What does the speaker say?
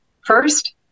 first